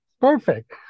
perfect